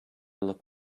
look